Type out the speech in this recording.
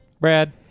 Brad